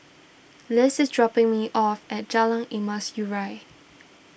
Liz is dropping me off at Jalan Emas Urai